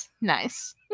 nice